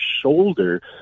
shoulder